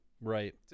Right